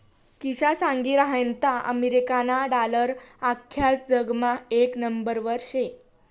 किशा सांगी रहायंता अमेरिकाना डालर आख्खा जगमा येक नंबरवर शे